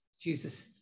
Jesus